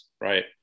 right